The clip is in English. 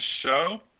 show